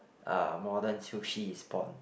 uh modern sushi is born